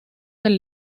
del